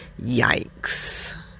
Yikes